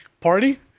party